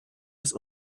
des